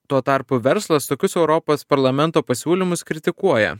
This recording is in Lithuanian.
tuo tarpu verslas tokius europos parlamento pasiūlymus kritikuoja